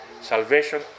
Salvation